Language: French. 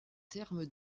terme